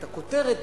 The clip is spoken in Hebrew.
את הכותרת,